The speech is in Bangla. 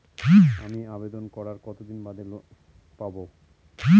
আমি আবেদন করার কতদিন বাদে লোন পাব?